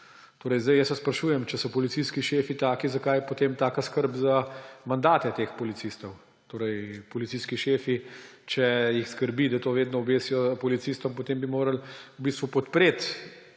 Zdaj jaz vas sprašujem, če so policijski šefi taki, zakaj potem taka skrb za mandate teh policistov. Policijski šefi, če jih skrbi, da to vedno obesijo policistom, potem bi morali v bistvu podpreti